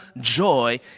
joy